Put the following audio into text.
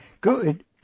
Good